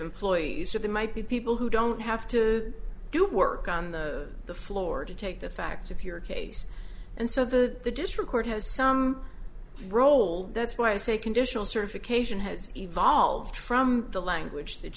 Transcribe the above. employees or the might be people who don't have to do work on the floor to take the facts of your case and so the district court has some role that's why i say conditional certification has evolved from the language that